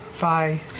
Bye